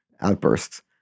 outbursts